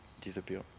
disappear